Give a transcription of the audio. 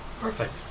Perfect